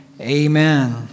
Amen